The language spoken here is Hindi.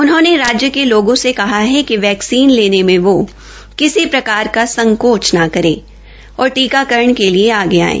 उन्होंने राज्य के लोगों से कहा कि वैक्सीन लेने में वो किसी प्रकार का संकोच न करें और टीकाकरण के लिए आगे आये